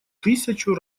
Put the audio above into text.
тысячу